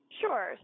sure